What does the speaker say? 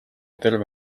terve